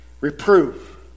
Reprove